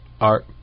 art